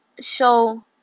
show